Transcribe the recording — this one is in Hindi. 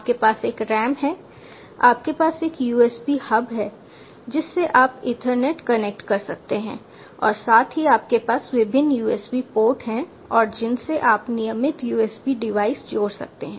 आपके पास एक RAM है आपके पास एक USB हब है जिससे आप ईथरनेट कनेक्ट कर सकते हैं और साथ ही आपके पास विभिन्न USB पोर्ट हैं जिनसे आप नियमित USB डिवाइस जोड़ सकते हैं